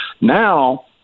Now